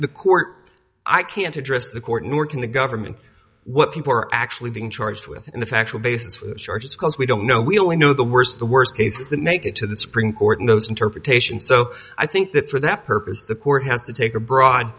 the court i can't address the court nor can the government what people are actually being charged with and the factual basis for charges because we don't know we only know the worst the worst cases the make it to the supreme court and those interpretations so i think that for that purpose the court has to take a broad